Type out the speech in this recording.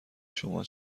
شما